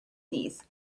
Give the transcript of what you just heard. these